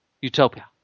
Utopia